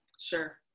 Sure